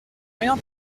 rien